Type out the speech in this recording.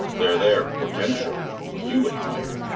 there, there, hortensio, will you any wife?